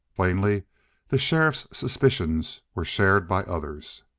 plainly the sheriff's suspicions were shared by others.